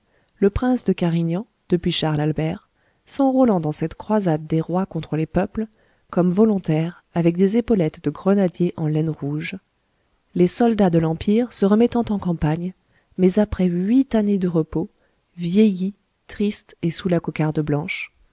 le prince de carignan depuis charles albert s'enrôlant dans cette croisade des rois contre les peuples comme volontaire avec des épaulettes de grenadier en laine rouge les soldats de l'empire se remettant en campagne mais après huit années de repos vieillis tristes et sous la cocarde blanche